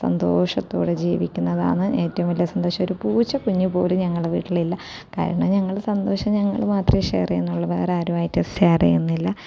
സന്തോഷത്തോടെ ജീവിക്കുന്നതാണ് ഏറ്റവും വലിയ സന്തോഷം ഒരു പൂച്ചക്കുഞ്ഞ് പോലും ഞങ്ങളെ വീട്ടിലില്ല കാരണം ഞങ്ങളെ സന്തോഷം ഞങ്ങൾ മാത്രമേ ഷെയർ ചെയ്യുന്നുള്ളൂ വേറെ ആരുമായിട്ടും ഷെയർ ചെയ്യുന്നില്ല